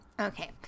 Okay